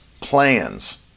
plans